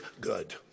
good